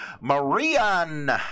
marion